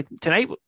Tonight